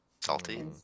salty